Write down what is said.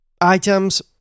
items